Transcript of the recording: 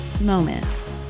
Moments